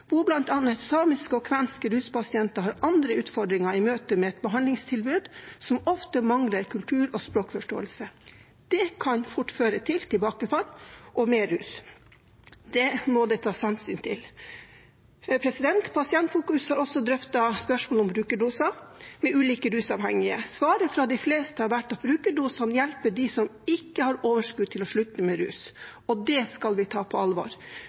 møte med et behandlingstilbud som ofte mangler kultur- og språkforståelse. Det kan fort føre til tilbakefall og mer rus. Det må det tas hensyn til. Pasientfokus har også drøftet spørsmålet om brukerdoser med ulike rusavhengige. Svaret fra de fleste har vært at brukerdosene hjelper dem som ikke har overskudd til å slutte med rus, og det skal vi ta på alvor.